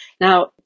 Now